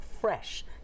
fresh